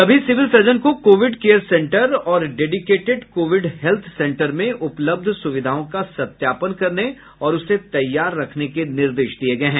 सभी civil surgeon को Covid care centre और डेडिकेटेड कोविड हेत्थ सेंटर में उपलब्ध सुविधाओं का सत्यापन करने और उसे तैयार रखने के निर्देश दिये गये हैं